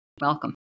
Welcome